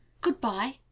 Goodbye